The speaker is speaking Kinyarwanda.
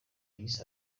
yise